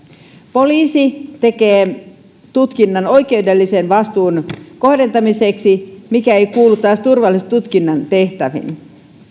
poliisi tekee tutkinnan oikeudellisen vastuun kohdentamiseksi mikä ei taas kuulu turvallisuustutkinnan tehtäviin